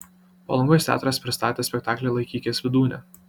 palangos teatras pristatė spektaklį laikykis vydūne